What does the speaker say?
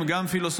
הם גם פילוסופים.